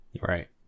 Right